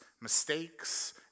mistakes